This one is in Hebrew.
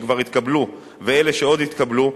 שכבר התקבלו ואלה שעוד יתקבלו,